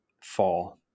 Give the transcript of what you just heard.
fall